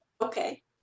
Okay